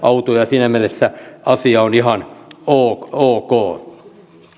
siinä mielessä asia on ihan ok